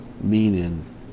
Meaning